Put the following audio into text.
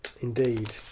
Indeed